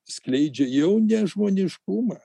skleidžia jau nežmoniškumą